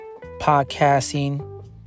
podcasting